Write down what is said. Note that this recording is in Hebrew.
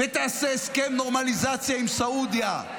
ותעשה הסכם נורמליזציה עם סעודיה.